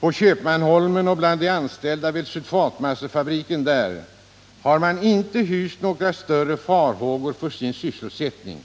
På Köpmanholmen och bland de anställda vid sulfatmassefabriken har man inte hyst några större farhågor för sin sysselsättning